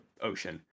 ocean